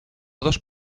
dos